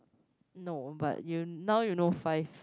no but now you know five